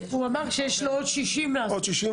רמי זריצקי דיבר על עוד 60 אזורים.